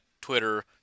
Twitter